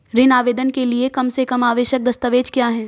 ऋण आवेदन के लिए कम से कम आवश्यक दस्तावेज़ क्या हैं?